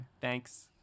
thanks